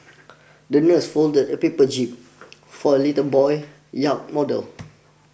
the nurse folded a paper jib for little boy's yacht model